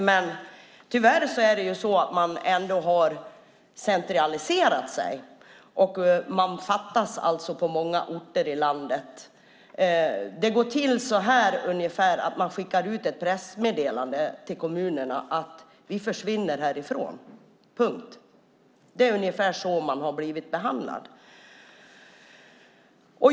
Men tyvärr är det så att man ändå har centraliserat sig. Man fattas alltså på många orter i landet. Det går till ungefär så att det skickas ut ett pressmeddelande till kommunerna: Vi försvinner härifrån. Det är ungefär så man har blivit behandlad.